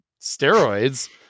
steroids